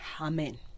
Amen